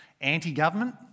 anti-government